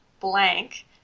blank